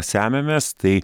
semiamės tai